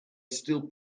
still